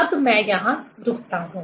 अब मैं यहां रूकता हूं